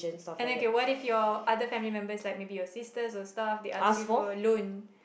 and then okay what if your other family member like maybe your sisters or stuff they ask you for loan